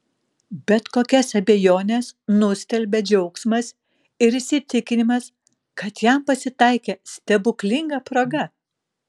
bet kokias abejones nustelbia džiaugsmas ir įsitikinimas kad jam pasitaikė stebuklinga proga